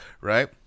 Right